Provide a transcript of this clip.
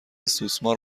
سوسمار